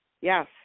Yes